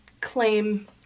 claim